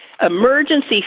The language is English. Emergency